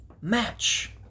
match